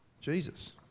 Jesus